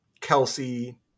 Kelsey